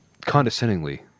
Condescendingly